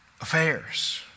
affairs